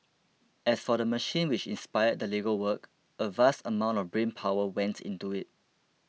as for the machine which inspired the Lego work a vast amount of brain power went into it